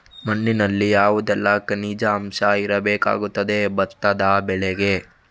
ಮಣ್ಣಿನಲ್ಲಿ ಯಾವುದೆಲ್ಲ ಖನಿಜ ಅಂಶ ಇರಬೇಕಾಗುತ್ತದೆ ಭತ್ತದ ಬೆಳೆಗೆ?